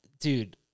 dude